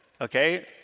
Okay